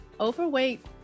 overweight